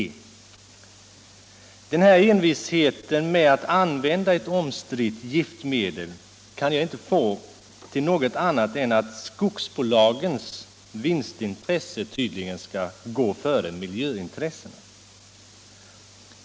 Jag kan inte tolka den envishet med vilken man framhärdar i användningen av ett omstritt giftmedel på annat sätt än att skogsbolagens vinstintresse får gå före miljöintressena.